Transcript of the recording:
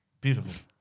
beautiful